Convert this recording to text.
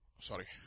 Sorry